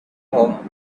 home